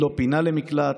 לא פינה למקלט,